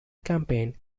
campaign